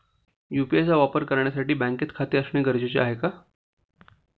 UPI चा वापर करण्यासाठी बँकेत खाते असणे गरजेचे आहे का?